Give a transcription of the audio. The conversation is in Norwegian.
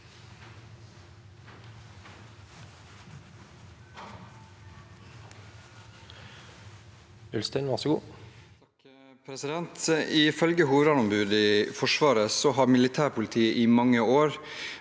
Ifølge hovedver- neombudet i Forsvaret har militærpolitiet i mange år